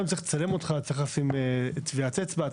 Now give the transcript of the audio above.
היום צריך לצלם אותך, צריך לשים טביעת אצבע.